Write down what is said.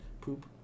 Poop